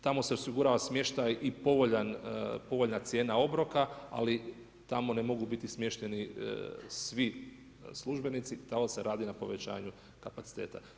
Tamo se osigurava smještaj i povoljna cijena obroka, ali tamo ne mogu biti smješteni svi službenici, tamo se radi na povećanju kapaciteta.